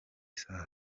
sup